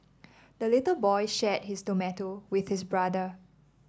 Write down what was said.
the little boy shared his tomato with his brother